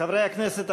חברי הכנסת,